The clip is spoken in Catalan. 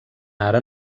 ara